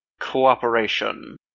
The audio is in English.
cooperation